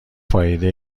فایده